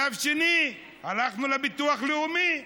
שלב שני: הלכנו לביטוח הלאומי.